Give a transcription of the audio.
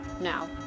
now